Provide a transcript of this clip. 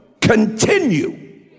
continue